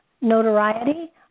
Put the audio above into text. notoriety